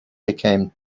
became